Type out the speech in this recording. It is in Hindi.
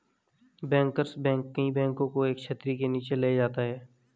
बैंकर्स बैंक कई बैंकों को एक छतरी के नीचे ले जाता है